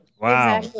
Wow